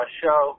show